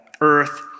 earth